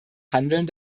handeln